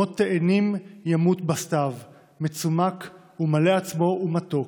// מות תאנים ימות בסתיו / מצומק ומלא עצמו ומתוק,